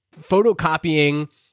photocopying